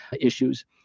issues